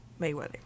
Mayweather